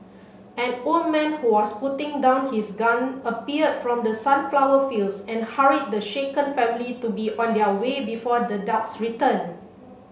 an old man who was putting down his gun appeared from the sunflower fields and hurried the shaken family to be on their way before the dogs return